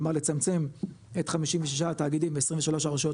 כלומר לצמצם את 56 התאגידים ו-23 הרשויות